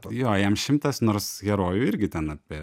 jo jam šimtas nors herojui irgi ten apie